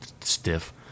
stiff